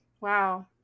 Wow